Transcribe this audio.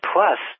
Plus